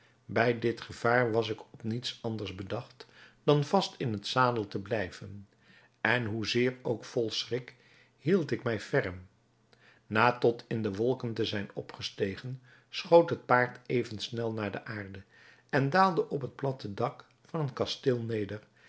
bij dit gevaar was ik op niets anders bedacht dan vast in den zadel te blijven en hoezeer ook vol schrik hield ik mij ferm na tot in de wolken te zijn opgestegen schoot het paard even snel naar de aarde en daalde op het platte dak van een kasteel neder